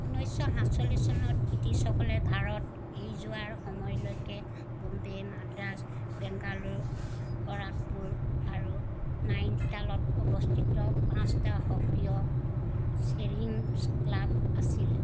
ঊনৈছশ সাতচল্লিচ চনত ব্ৰিটিছসকলে ভাৰত এৰি যোৱাৰ সময়লৈকে বোম্বে মাদ্ৰাজ বেংগালুৰু বৰাকপুৰ আৰু নাইনিতালত অৱস্থিত পাঁচটা সক্ৰিয় ছেইলিং ক্লাব আছিল